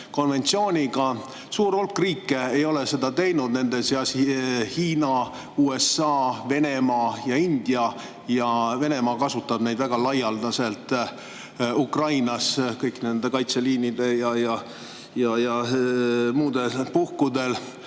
konventsiooniga. Suur hulk riike ei ole seda teinud, nende seas Hiina, USA, Venemaa ja India. Venemaa kasutab neid väga laialdaselt Ukrainas, kõigi nende kaitseliinide ja muudel puhkudel,